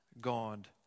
God